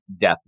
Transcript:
death